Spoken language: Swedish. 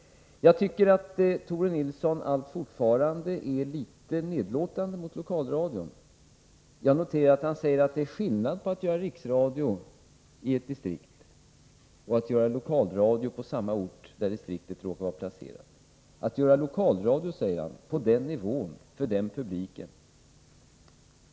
Jag tycker att Tore Nilsson fortfarande är litet nedlåtande mot Lokalradion. Jag noterar att han säger att det är skillnad på att göra riksradio i ett distrikt och att göra lokalradio på samma ort i det aktuella distriktet — att göra lokalradio, säger han, på den nivån, för den publiken!